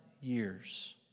years